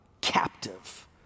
captive